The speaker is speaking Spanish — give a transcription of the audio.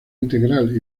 integral